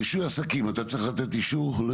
רישוי עסקים, אתה צריך לתת אישור?